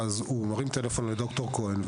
אז הוא מרים טלפון לד"ר כהן,